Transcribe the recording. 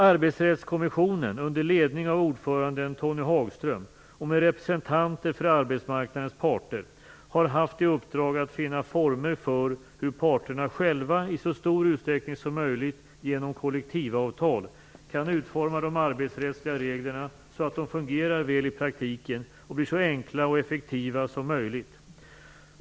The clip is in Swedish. Arbetsrättskommissionen, under ledning av ordföranden Tony Hagström och med representanter för arbetsmarknadens parter, har haft i uppdrag att finna former för hur parterna själva i så stor utsträckning som möjligt genom kollektivavtal kan utforma de arbetsrättsliga reglerna så att de fungerar väl i praktiken och blir så enkla och effektiva som möjligt.